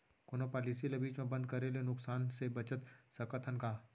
कोनो पॉलिसी ला बीच मा बंद करे ले नुकसान से बचत सकत हन का?